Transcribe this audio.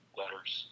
letters